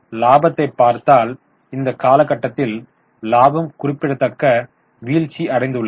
லாபத்தைப் பார்த்தால் இந்த காலகட்டத்தில் லாபம் குறிப்பிடத்தக்க வீழ்ச்சி அடைந்துள்ளது